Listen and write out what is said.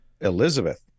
Elizabeth